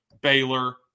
Baylor